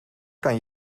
kan